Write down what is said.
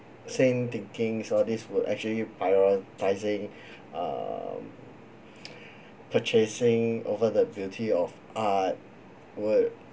same thinkings all this would actually prioritising um purchasing over the beauty of art would